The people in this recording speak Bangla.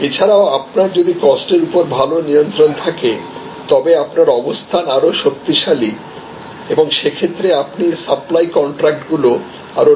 এছাড়াও আপনার যদি কস্টের উপর ভাল নিয়ন্ত্রণ থাকে তবে আপনার অবস্থান আরও শক্তিশালী এবং সেক্ষেত্রে আপনি সাপ্লাই কন্ট্রাক্ট গুলো আরো লম্বা সময়ের জন্য করতে পারবেন